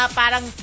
parang